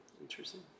Interesting